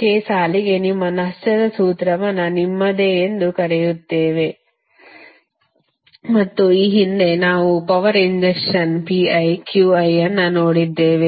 k ಸಾಲಿಗೆ ನಿಮ್ಮ ನಷ್ಟ ಸೂತ್ರವನ್ನು ನಿಮ್ಮದೇ ಎಂದು ಕರೆಯುತ್ತೇವೆ ಮತ್ತು ಈ ಹಿಂದೆ ನಾವು ಪವರ್ ಇಂಜೆಕ್ಷನ್ Pi Qi ಅನ್ನು ನೋಡಿದ್ದೇವೆ